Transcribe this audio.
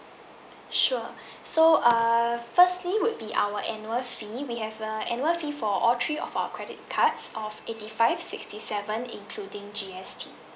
sure so err firstly would be our annual fee we have a annual fee for all three of our credit cards of eighty five sixty seven including G_S_T